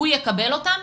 הוא יקבל אותם?